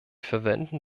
verwenden